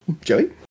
Joey